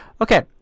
Okay